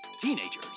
teenagers